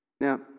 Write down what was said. Now